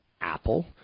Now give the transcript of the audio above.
Apple